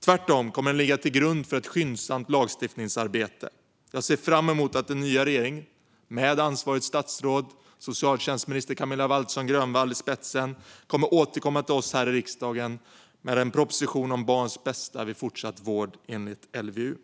Tvärtom kommer den att ligga till grund för ett skyndsamt lagstiftningsarbete. Jag ser fram emot att den nya regeringen med det ansvariga statsrådet, socialtjänstminister Camilla Waltersson Grönvall, i spetsen återkommer till oss här i riksdagen med en proposition om barns bästa vid fortsatt vård enligt LVU.